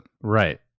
Right